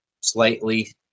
slightly